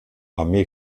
armee